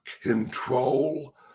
control